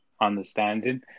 understanding